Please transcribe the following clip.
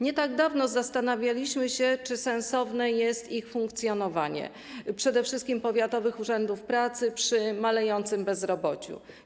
Nie tak dawno zastanawialiśmy się, czy sensowne jest ich funkcjonowanie, przede wszystkim powiatowych urzędów pracy, przy malejącym bezrobociu.